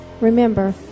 Remember